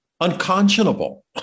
unconscionable